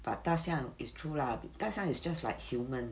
but 大象 is true lah 大象 is just like human